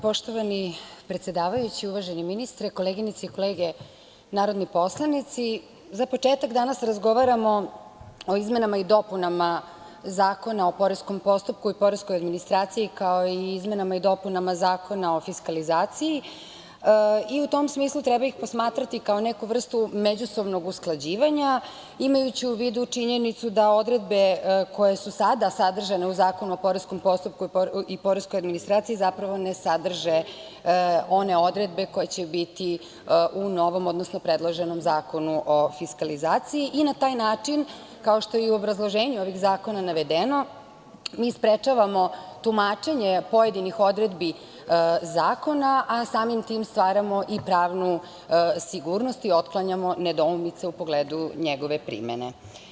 Poštovani predsedavajući, uvaženi ministre, koleginice i kolege narodni poslanici, za početak danas razgovaramo o izmenama i dopunama Zakona o poreskom postupku i poreskoj administraciji, kao i o izmenama i dopunama Zakona o fiskalizaciji i u tom smislu treba ih posmatrati kao neku vrstu međusobnog usklađivanja, imajući u vidu činjenicu da odredbe koje su sada sadržane u Zakonu o poreskom postupku i poreskoj administraciji zapravo ne sadrže one odredbe koje će biti u novom odnosno predloženom Zakonu o fiskalizaciji i na taj način, kao što je i u obrazloženju ovih zakona navedeno, mi sprečavamo tumačenje pojedinih odredbi zakona, a samim tim stvaramo i pravnu sigurnost i otklanjamo nedoumice u pogledu njegove primene.